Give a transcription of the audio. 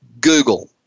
Google